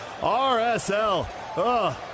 RSL